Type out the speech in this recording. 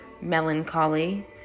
melancholy